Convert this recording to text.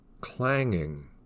clanging